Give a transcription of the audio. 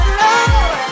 love